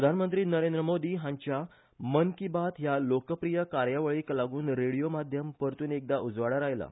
प्रधानमंत्री नरेंद्र मोदी हांच्या मन की बात ह्या लोकप्रिय कार्यावळीक लागून रेडिओ माध्यम परतून एकदा उजवाडार आयला